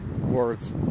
words